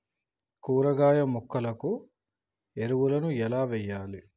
కూరగాయ మొక్కలకు ఎరువులను ఎలా వెయ్యాలే?